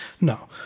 No